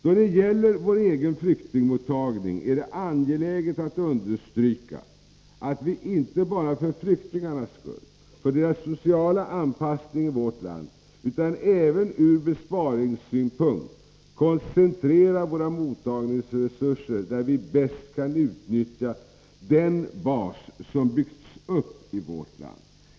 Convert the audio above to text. Då det gäller vår egen mottagning av flyktingar är det angeläget att understryka att vi inte bara för flyktingarnas skull, för deras sociala anpassning i vårt land, utan även ur besparingssynpunkt koncentrerar våra mottagningsresurser där vi bäst kan utnyttja den bas som vi byggt upp.